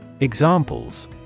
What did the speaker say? Examples